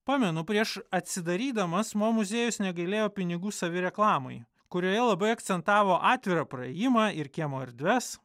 pamenu prieš atsidarydamas mo muziejus negailėjo pinigų savireklamai kurioje labai akcentavo atvirą praėjimą ir kiemo erdves